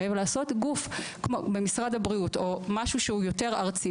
ולעשות גוף במשרד הבריאות או משהו שהוא יותר ארצי